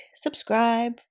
subscribe